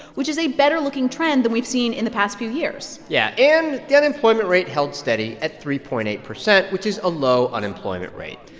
which is a better looking trend than we've seen in the past few years yeah. and the unemployment rate held steady at three point eight percent, which is a low unemployment rate.